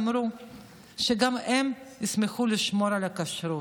ואמרו שגם הם ישמחו לשמור על הכשרות.